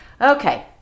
Okay